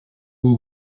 bwo